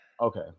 Okay